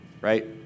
right